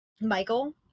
Michael